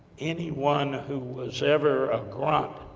anyone who was ever a grunt,